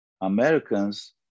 Americans